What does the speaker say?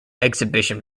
exhibition